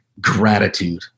gratitude